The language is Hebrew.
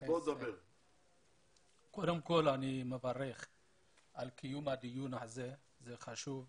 אני מברך על קיום הדיון החשוב הזה.